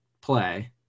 play